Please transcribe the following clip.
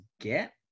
get